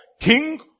king